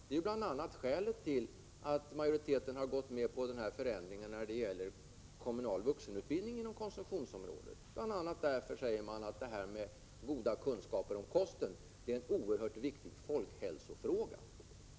Det är ett skäl till att utskottsmajoriteten har gått med på en förändring när det gäller kommunal vuxenutbildning inom konsumtionsområdet, bl.a. därför att god kunskap om kosten är en oerhört viktig folkhälsofråga.